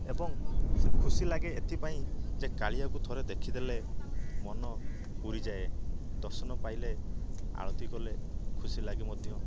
ଏବଂ ସେ ଖୁସି ଲାଗେ ଏଥିପାଇଁ ଯେ କାଳିଆକୁ ଥରେ ଦେଖିଦେଲେ ମନ ପୂରିଯାଏ ଦର୍ଶନ ପାଇଲେ ଆଳତୀ କଲେ ଖୁସି ଲାଗେ ମଧ୍ୟ